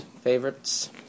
favorites